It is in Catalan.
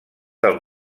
del